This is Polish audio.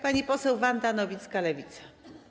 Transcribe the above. Pani poseł Wanda Nowicka, Lewica.